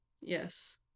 Yes